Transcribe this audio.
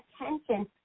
attention